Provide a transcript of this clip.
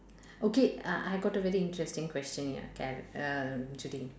okay I I got a very interesting question ya Kare~ err Judy